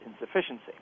insufficiency